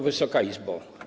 Wysoka Izbo!